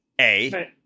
A-